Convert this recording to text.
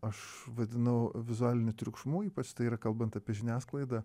aš vadinau vizualiniu triukšmu ypač kalbant apie žiniasklaidą